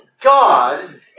God